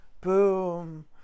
Boom